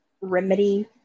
remedy